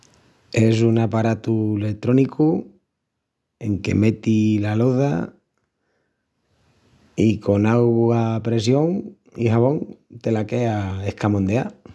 Es un aparatu letrónicu en que meti la loza i con augua a pressión i xabón te la quea escamondeá.